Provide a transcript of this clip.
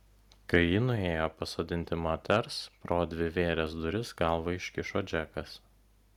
kai ji nuėjo pasodinti moters pro dvivėres duris galvą iškišo džekas